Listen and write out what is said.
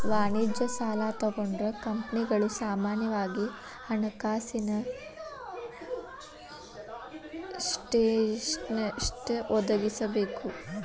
ವಾಣಿಜ್ಯ ಸಾಲಾ ತಗೊಂಡ್ರ ಕಂಪನಿಗಳು ಸಾಮಾನ್ಯವಾಗಿ ಹಣಕಾಸಿನ ಸ್ಟೇಟ್ಮೆನ್ಟ್ ಒದಗಿಸಬೇಕ